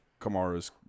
Kamara's